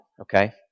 Okay